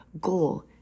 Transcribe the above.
goal